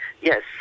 yes